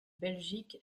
belgique